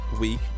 week